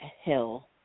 hill